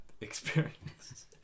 experience